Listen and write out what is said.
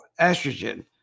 estrogen